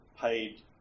paid